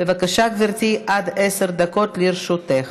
בבקשה, גברתי, עד עשר דקות לרשותך.